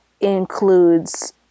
includes